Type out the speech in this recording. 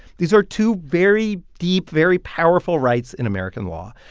these are two very deep, very powerful rights in american law.